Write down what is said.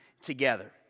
together